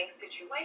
situation